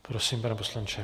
Prosím, pane poslanče.